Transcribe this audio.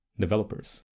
developers